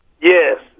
Yes